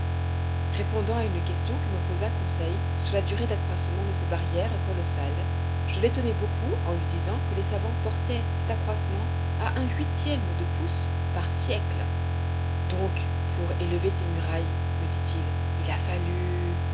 répondant à une question que me posa conseil sur la durée d'accroissement de ces barrières colossales je l'étonnai beaucoup en lui disant que les savants portaient cet accroissement à un huitième de pouce par siècle donc pour élever ces murailles me dit-il il a fallu